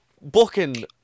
booking